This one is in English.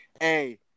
Hey